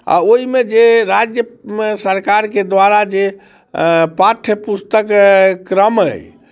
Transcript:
आ ओहिमे जे राज्य सरकारके द्वारा जे पाठ्य पुस्तक क्रम अइ